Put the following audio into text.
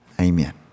Amen